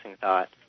thought